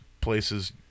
places